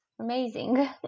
Amazing